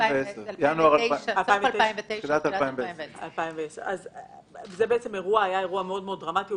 בסוף 2009, תחילת 2010. זה היה מאוד מאוד דרמטי.